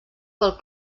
pel